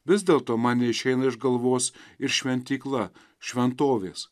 vis dėlto man neišeina iš galvos ir šventykla šventovės